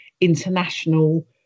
international